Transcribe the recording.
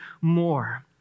more